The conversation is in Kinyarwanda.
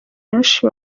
benshi